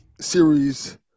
series